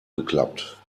geklappt